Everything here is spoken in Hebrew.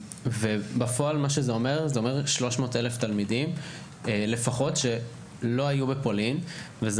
בפועל זה אומר לפחות 300 אלף תלמידים שלא היו בפולין וזה